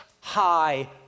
high